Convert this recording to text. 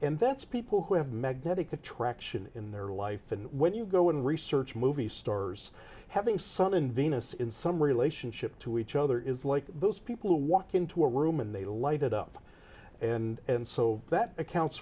and that's people who have magnetic attraction in their life and when you go and research movie stars having sun in venice in some relationship to each other is like those people who walk into a room and they lighted up and so that accounts